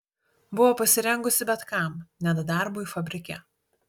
buvo pasirengusi bet kam net darbui fabrike